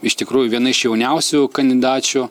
iš tikrųjų viena iš jauniausių kandidačių